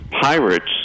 pirates